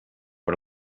per